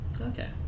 Okay